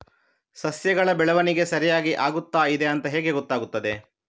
ಸಸ್ಯಗಳ ಬೆಳವಣಿಗೆ ಸರಿಯಾಗಿ ಆಗುತ್ತಾ ಇದೆ ಅಂತ ಹೇಗೆ ಗೊತ್ತಾಗುತ್ತದೆ?